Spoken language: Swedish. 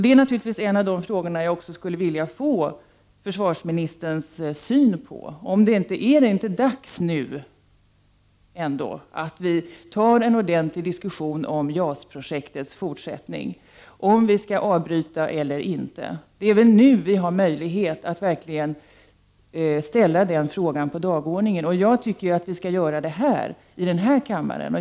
Det är naturligtvis en av de frågor jag skulle vilja få försvarsministerns syn på: Är det inte dags nu, att vi tar en ordentlig diskussion om JAS-projektets fortsättning, om vi skall avbryta det eller inte? Det är nu vi har möjligheter att verkligen sätta upp den frågan på dagordningen. Jag tycker att vi skall göra det här, i den här kammaren.